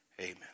Amen